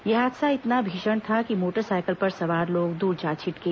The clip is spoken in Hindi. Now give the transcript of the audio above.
यह हादसा इतना भीषण था कि मोटरसाइकिल पर सवार लोग दूर जा छिटके